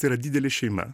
tai yra didelė šeima